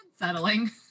unsettling